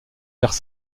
vers